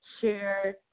share